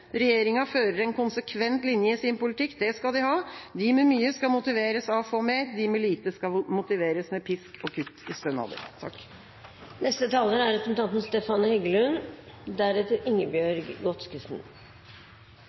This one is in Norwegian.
Regjeringa fører en konsekvent linje i sin politikk, det skal de ha – de med mye skal motiveres av å få mer, de med lite skal motiveres med pisk og kutt i stønader.